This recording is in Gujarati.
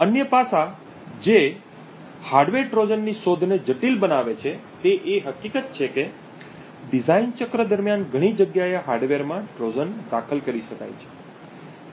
અન્ય પાસા જે હાર્ડવેર ટ્રોજનની શોધને જટિલ બનાવે છે તે એ હકીકત છે કે ડિઝાઇન ચક્ર દરમ્યાન ઘણી જગ્યાએ હાર્ડવેરમાં ટ્રોજન દાખલ કરી શકાય છે